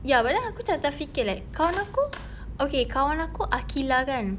ya but then aku tengah terfikir like kawan aku okay kawan aku aqilah kan